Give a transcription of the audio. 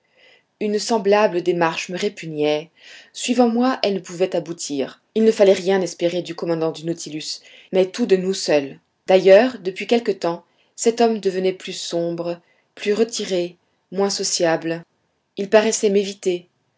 une semblable démarche me répugnait suivant moi elle ne pouvait aboutir il ne fallait rien espérer du commandant du nautilus mais tout de nous seuls d'ailleurs depuis quelque temps cet homme devenait plus sombre plus retiré moins sociable il paraissait m'éviter